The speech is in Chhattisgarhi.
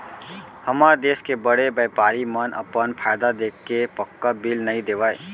हमर देस के बड़े बैपारी मन अपन फायदा देखके पक्का बिल नइ देवय